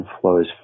flows